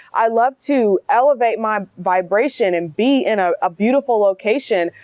i love to elevate my vibration and be in a ah beautiful location.